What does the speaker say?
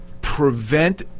prevent